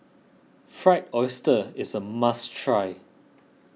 Fried Oyster is a must try